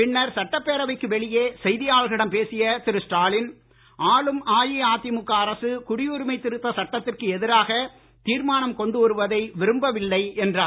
பின்னர் சட்டப்பேரவைக்கு வெளியே செய்தியாளர்களிடம் பேசிய திரு ஸ்டாலின் ஆளும் அஇஅதிமுக அரசு குடியுரிமை திருத்த சட்டத்திற்கு எதிராக தீர்மானம் கொண்டு வருவதை விரும்பவில்லை என்றார்